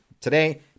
today